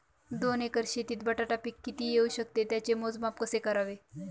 दोन एकर शेतीत बटाटा पीक किती येवू शकते? त्याचे मोजमाप कसे करावे?